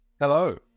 Hello